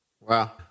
Wow